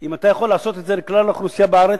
אם אתה יכול לעשות את זה לכלל האוכלוסייה בארץ.